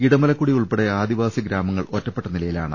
ഇടമലക്കുടി ഉൾപ്പെടെ ആദിവാസി ഗ്രാമങ്ങൾ ഒറ്റപ്പെട്ട നിലയിലാണ്